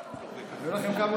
אנחנו, לא היה לנו